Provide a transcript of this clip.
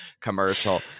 commercial